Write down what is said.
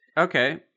okay